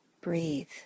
Breathe